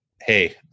hey